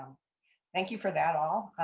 thank you for that all.